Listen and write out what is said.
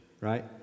right